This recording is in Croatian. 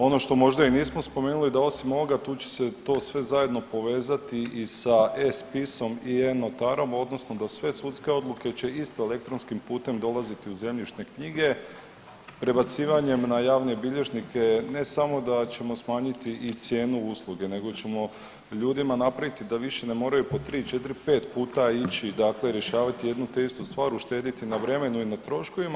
Ono što možda i nismo spomenuli da osim ovoga tu će se to sve zajedno povezati i sa e-spisom i e-notarom, odnosno da sve sudske odluke će isto elektronskim putem dolaziti u zemljišne knjige prebacivanjem na javne bilježnike ne samo da ćemo smanjiti i cijenu usluge, nego ćemo ljudima napraviti da više ne moraju po tri, četiri, pet puta ići, dakle rješavati jednu te istu stvar, uštediti na vremenu i na troškovima.